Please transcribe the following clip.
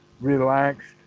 relaxed